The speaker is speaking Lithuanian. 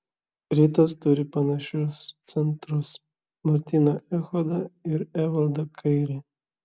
rytas turi panašius centrus martyną echodą ir evaldą kairį